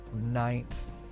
Ninth